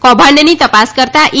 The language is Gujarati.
કૌભાંડની તપાસ કરતા ઈ